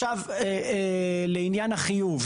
לעניין החיוב,